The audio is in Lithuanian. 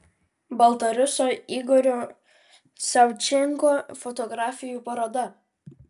baltarusio igorio savčenko fotografijų paroda